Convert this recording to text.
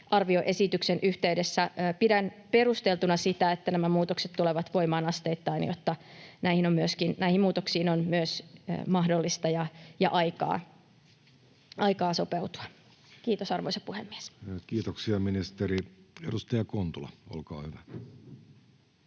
talousarvioesityksen yhteydessä. Pidän perusteltuna sitä, että nämä muutokset tulevat voimaan asteittain, jotta näihin muutoksiin on myös mahdollista ja aikaa sopeutua. — Kiitos, arvoisa puhemies. [Speech 118] Speaker: Jussi Halla-aho